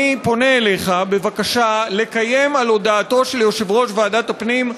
אני פונה אליך בבקשה לקיים על הודעתו של יושב-ראש ועדת הפנים,